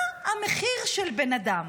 מה המחיר של בן אדם?